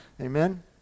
Amen